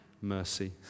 mercy